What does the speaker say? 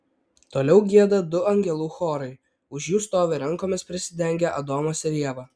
toliau gieda du angelų chorai už jų stovi rankomis prisidengę adomas ir ieva